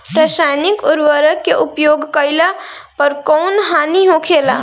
रसायनिक उर्वरक के उपयोग कइला पर कउन हानि होखेला?